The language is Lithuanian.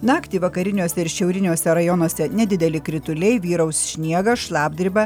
naktį vakariniuose ir šiauriniuose rajonuose nedideli krituliai vyraus šniegas šlapdriba